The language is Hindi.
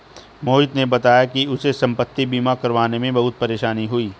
मोहित ने बताया कि उसे संपति बीमा करवाने में बहुत परेशानी हुई